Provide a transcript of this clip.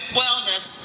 wellness